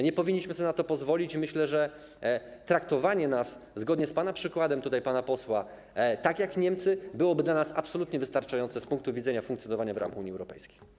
Nie powinniśmy sobie na to pozwolić i myślę, że traktowanie nas, zgodnie z przykładem pana posła, tak jak Niemcy, byłoby dla nas absolutnie wystarczające z punktu widzenia funkcjonowania w ramach Unii Europejskiej.